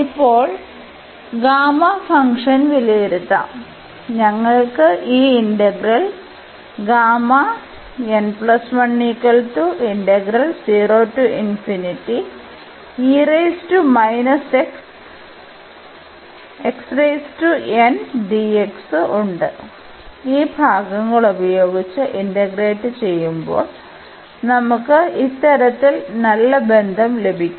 ഇപ്പോൾ gamma function വിലയിരുത്താം ഞങ്ങൾക്ക് ഈ ഇന്റഗ്രൽ ഉണ്ട് ഈ ഭാഗങ്ങൾ ഉപയോഗിച്ച് ഇന്റഗ്രേറ്റ് ചെയുമ്പോൾ നമുക്ക് ഇത്തരത്തിൽ നല്ല ബന്ധo ലഭിക്കും